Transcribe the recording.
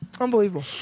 Unbelievable